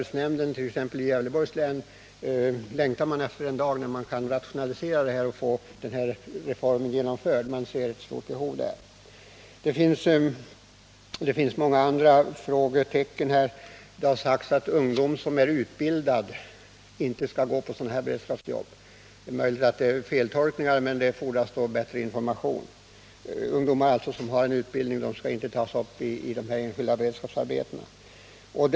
På t.ex. länsarbetsnämnden i Gävleborgs län längtar man efter den dag när man kan genomföra de rationaliseringar som en sådan reform möjliggör. Det finns många andra frågetecken i detta avseende. Det har t.ex. sagts att ungdom som har en utbildning inte skall få sådana beredskapsjobb som det här gäller. Det är möjligt att det är fråga om en feltolkning av bestämmelserna på detta område, men i så fall fordras bättre information för att klargöra läget.